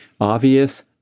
Obvious